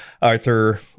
Arthur